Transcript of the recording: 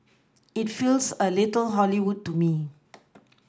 it feels a little Hollywood to me